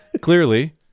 Clearly